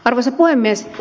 arvoisa puhemies